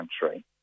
country